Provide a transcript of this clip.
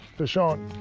fish on.